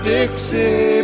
Dixie